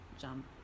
jump